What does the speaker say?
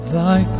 Thy